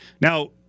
Now